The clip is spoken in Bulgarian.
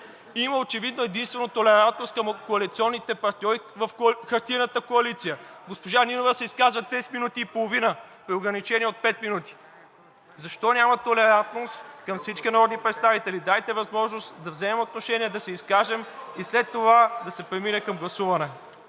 Има очевидно единствено толерантност към коалиционните партньори в хартиената коалиция. Госпожа Нинова се изказа десет минути и половина при ограничение от пет минути. Защо няма толерантност към всички народни представители? Дайте възможност да вземем отношение, да се изкажем и след това да се премине към гласуване.